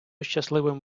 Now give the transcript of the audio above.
щасливим